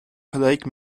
frédérique